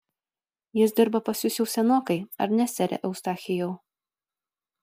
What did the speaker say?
jis dirba pas jus jau senokai ar ne sere eustachijau